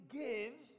give